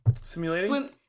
Simulating